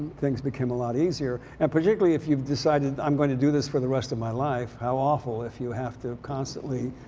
things became a lot easier. and particularly if you've decided i'm to do this for the rest of my life how awful if you have to constantly,